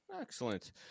Excellent